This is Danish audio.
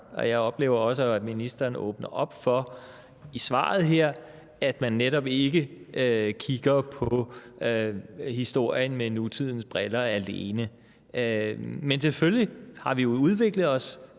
Jeg oplever også, at ministeren i svaret her åbner op for, at man netop ikke kigger på historien med nutidens briller alene. Men selvfølgelig har vi jo udviklet os